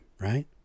right